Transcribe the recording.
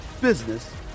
business